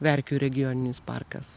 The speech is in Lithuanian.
verkių regioninis parkas